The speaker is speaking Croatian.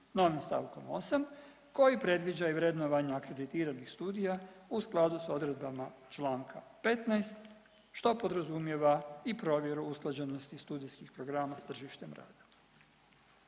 novim st. 8. koji predviđa i vrednovanje akreditiranih studija u skladu s odredbama članka 15. što podrazumijeva i provjeru usklađenosti studijskih programa sa tržištem rada.